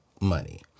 money